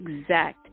exact